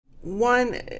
one